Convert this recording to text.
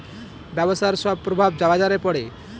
ব্যবসার সব প্রভাব বাজারে পড়ে